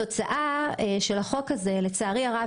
התוצאה של החוק לצערי הרב,